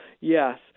yes